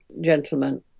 gentlemen